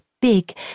big